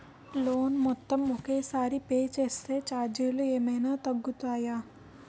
Loan మొత్తం ఒకే సారి పే చేస్తే ఛార్జీలు ఏమైనా తగ్గుతాయా?